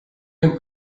dem